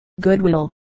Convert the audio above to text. goodwill